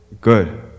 good